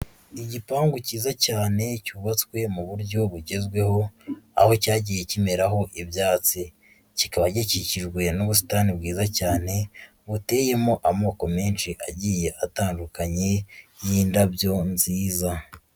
Igipangu cyiza cyane cyubatswe mu buryo bugezweho, aho cyagiye kimeraraho ibyatsi. Kikaba gikikijwe n'ubusitani bwiza cyane, buteyemo amoko menshi agiye atandukanye, y'indabyo nziza.